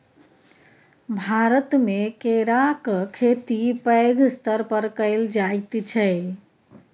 भारतमे केराक खेती पैघ स्तर पर कएल जाइत छै